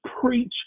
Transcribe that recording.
preach